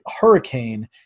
hurricane